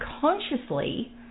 consciously